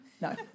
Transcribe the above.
No